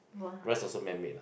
rice also man made lah